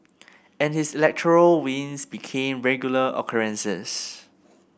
and his electoral wins became regular occurrences